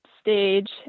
stage